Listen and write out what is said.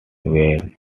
were